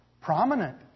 prominent